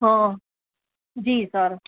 હં જી સર